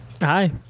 Hi